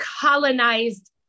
colonized